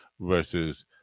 versus